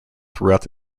throughout